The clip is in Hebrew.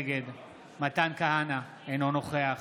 נגד מתן כהנא, אינו נוכח